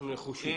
אנחנו נחושים.